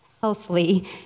healthily